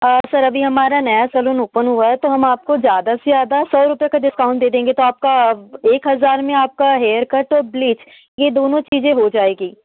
sir अभी हमारा नया सलून ओपन हुआ है तो हम आपको ज़्यादा से ज़्यादा सौ रुपये का डिस्काउंट दे देंगे तो आपका एक हज़ार में आपका हेयर कट और ब्लीच यह दोनो चीज़ें हो जाएँगी